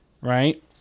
right